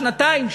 שנתיים,